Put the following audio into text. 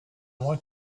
want